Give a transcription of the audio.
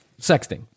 sexting